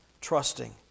trusting